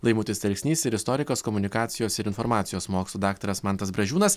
laimutis telksnys ir istorikas komunikacijos ir informacijos mokslų daktaras mantas bražiūnas